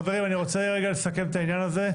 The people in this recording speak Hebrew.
חברים, אני רוצה רגע לסכם את העניין הזה.